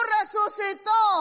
resucitó